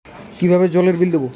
কিভাবে জলের বিল দেবো?